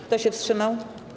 Kto się wstrzymał?